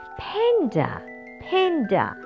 panda，panda 。